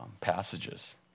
passages